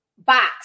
box